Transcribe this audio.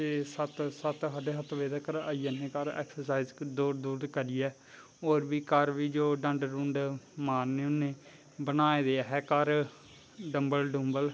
छे सत्त साडे सत्त बज़े तक आई जन्ने घर ऐक्साईज़ दौड़ दूड़ करी कुरियै होर बी घर घुर डंड डुंड मारने होनें बनाए दे असैं घर डम्बल डुम्बल